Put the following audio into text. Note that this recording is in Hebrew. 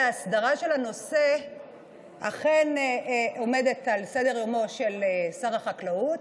ההסדרה של הנושא אכן עומדת על סדר-יומו של שר החקלאות.